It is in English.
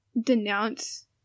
denounce